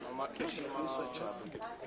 זה